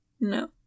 No